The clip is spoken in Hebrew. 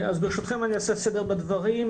ברשותכם, אני אעשה סדר בדברים.